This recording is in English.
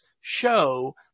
show